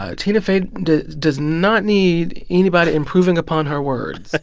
ah tina fey does not need anybody improving upon her words